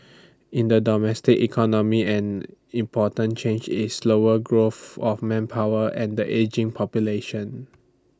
in the domestic economy an important change is slower growth of manpower and the ageing population